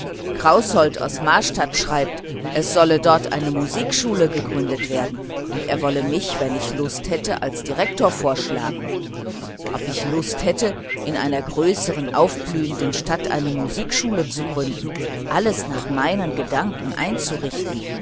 kraußold aus marstadt schreibt es solle dort eine musikschule gegründet werden und er wolle mich wenn ich lust hätte als direktor vorschlagen ob ich lust hätte cäcilie wie kann man nur so fragen ob ich lust hätte in einer größeren aufblühenden stadt eine musikschule zu gründen alles nach meinen ideen einzurichten